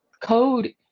Code